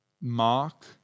Mark